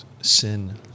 sin